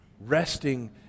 resting